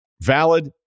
Valid